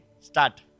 Start